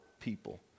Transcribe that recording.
people